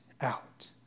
out